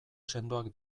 sendoak